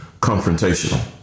confrontational